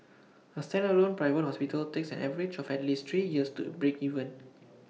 A standalone private hospital takes an average of at least three years to break even